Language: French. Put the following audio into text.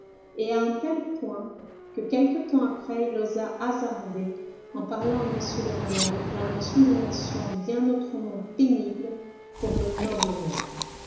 et à un tel point que quelque temps après il osa hasarder en parlant à m de rênal la mention d'une action bien autrement pénible pour le noble maire